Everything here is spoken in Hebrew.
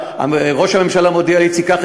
ראש הממשלה מודיע לי: איציק,